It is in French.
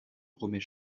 remet